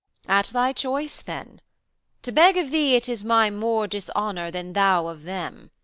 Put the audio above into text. at thy choice, then to beg of thee, it is my more dishonour than thou of them.